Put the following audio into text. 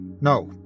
No